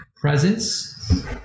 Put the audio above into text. presence